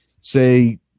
say